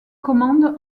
commande